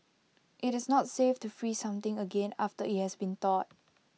IT is not safe to freeze something again after IT has been thawed